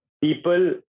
people